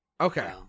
okay